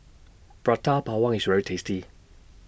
Prata Bawang IS very tasty